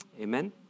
Amen